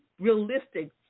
realistic